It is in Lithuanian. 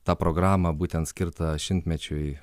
tą programą būtent skirtą šimtmečiui